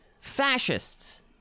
Fascists